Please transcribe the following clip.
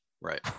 right